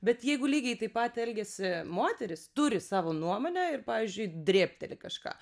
bet jeigu lygiai taip pat elgiasi moteris turi savo nuomonę ir pavyzdžiui drėbteli kažką